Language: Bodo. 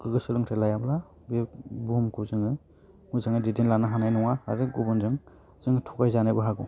गोगो सोलोंथाय लायाब्ला बे बुहुमखौ जोङो मोजाङै दैदेनलांनो हानाय नङा आरो गुबुनजों जों थगायजानोबो हागौ